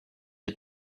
had